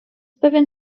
pewien